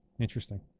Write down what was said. Interesting